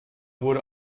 wurde